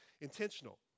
intentional